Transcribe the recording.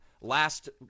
Last